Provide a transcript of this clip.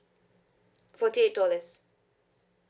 forty eight dollars